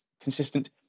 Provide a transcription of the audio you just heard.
consistent